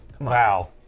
Wow